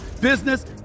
business